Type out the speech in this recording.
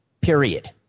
period